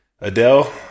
adele